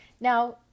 Now